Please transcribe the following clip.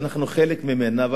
שאנחנו חלק ממנה,